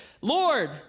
Lord